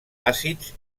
àcids